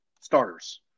starters